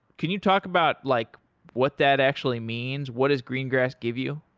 can you talk about like what that actually means? what does greengrass give you?